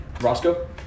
Roscoe